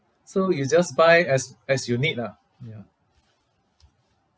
so you just buy as as you need lah ya